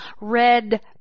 red